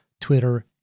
Twitter